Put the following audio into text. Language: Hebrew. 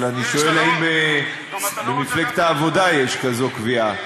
אבל אני שואל אם במפלגת העבודה יש כזו קביעה.